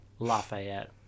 Lafayette